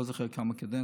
אני לא זוכר כמה קדנציות.